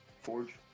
forge